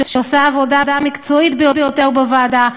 שעושה עבודה מקצועית ביותר בוועדה,